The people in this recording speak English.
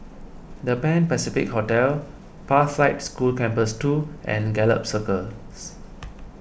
the Pan Pacific Hotel Pathlight School Campus two and Gallop Circus